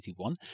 1981